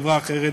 חברה אחרת.